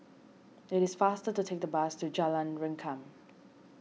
it is faster to take the bus to Jalan Rengkam